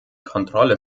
kontrolle